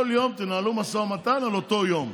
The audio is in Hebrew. כל יום תנהלו משא ומתן על אותו יום,